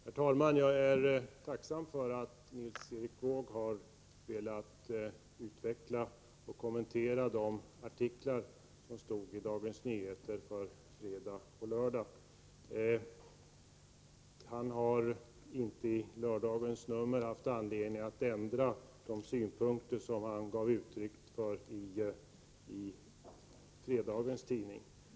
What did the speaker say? Herr talman! Jag är tacksam för att Nils Erik Wååg har velat utveckla och kommentera de artiklar som stod i Dagens Nyheter för fredag och lördag. Han har inte i lördagens nummer haft anledning att ändra de synpunkter som han gav uttryck för i fredagens tidning.